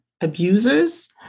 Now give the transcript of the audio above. abusers